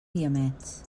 guiamets